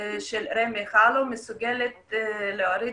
של --- מסוגלת להוריד